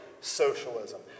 socialism